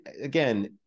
again